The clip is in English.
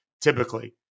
typically